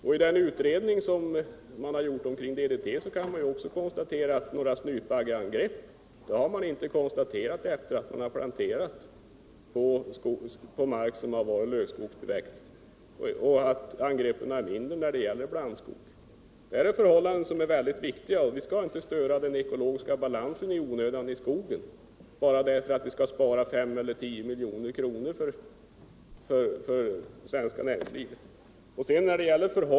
I den utredning som gjorts beträffande DDT kan man finna att inga snytbaggeangrepp har konstaterats efter det att man planterat barrskog på mark som har varit lövskogsbevuxen och att angreppen är mindre när det gäller blandskog. De här förhållandena är viktiga, och vi skall inte störa den ekologiska balansen i skogen i onödan bara därför att vi skall spara fem eller tio milj.kr. åt det svenska näringslivet.